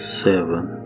seven